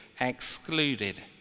excluded